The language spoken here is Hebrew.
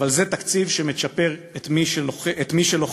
אבל זה תקציב שמצ'פר את מי שלוחץ,